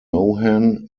mohan